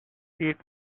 eat